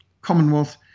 Commonwealth